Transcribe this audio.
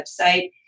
website